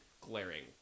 glaring